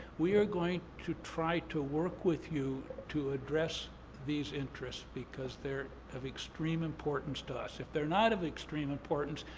we are going to try to work with you to address these interests because they're of extreme importance to us. if they're not of extreme importance,